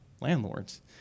landlords